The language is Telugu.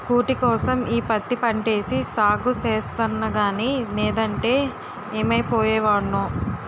కూటికోసం ఈ పత్తి పంటేసి సాగు సేస్తన్నగానీ నేదంటే యేమైపోయే వోడ్నో